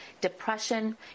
depression